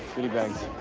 goody bags.